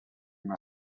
una